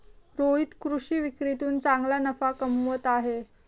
रोहित कृषी विक्रीतून चांगला नफा कमवत आहे